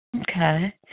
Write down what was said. Okay